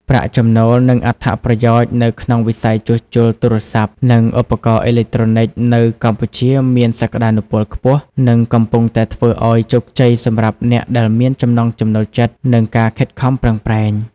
ប្រាក់ចំណូល និងអត្ថប្រយោជន៍នៅក្នុងវិស័យជួសជុលទូរស័ព្ទ និងឧបករណ៍អេឡិចត្រូនិចនៅកម្ពុជាមានសក្តានុពលខ្ពស់ និងកំពុងតែធ្វើឲ្យជោគជ័យសម្រាប់អ្នកដែលមានចំណង់ចំណូលចិត្ត និងការខិតខំប្រឹងប្រែង។